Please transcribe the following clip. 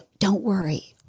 don't worry.